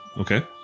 okay